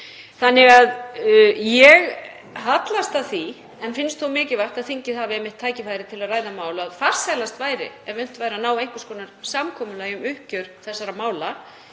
Þannig að ég hallast að því, en finnst þó mikilvægt að þingið hafi einmitt tækifæri til að ræða mál, að farsælast væri ef unnt væri að ná einhvers konar samkomulagi um uppgjör þessara mála.